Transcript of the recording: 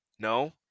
No